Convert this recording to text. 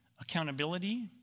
accountability